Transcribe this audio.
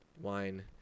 wine